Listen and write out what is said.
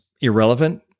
irrelevant